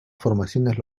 formaciones